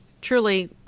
truly